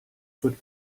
foot